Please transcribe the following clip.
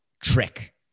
trick